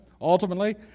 Ultimately